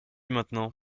maintenant